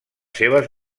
seves